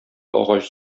агач